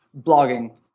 blogging